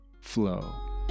flow